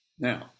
Now